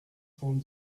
cent